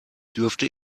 dürfte